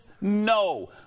No